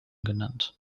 genannt